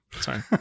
Sorry